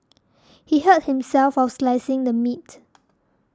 he hurt himself while slicing the meat